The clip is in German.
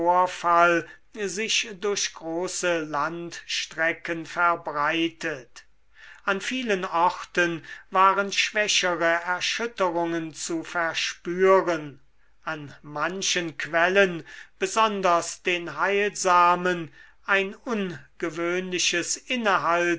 sich durch große landstrecken verbreitet an vielen orten waren schwächere erschütterungen zu verspüren an manchen quellen besonders den heilsamen ein ungewöhnliches